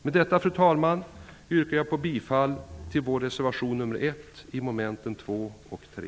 Med detta, fru talman, yrkar jag bifall till vår reservation nr 1 vid mom. 2 och 3.